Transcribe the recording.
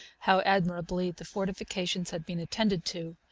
how admirably the fortifications had been attended to